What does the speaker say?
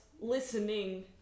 listening